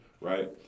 right